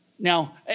Now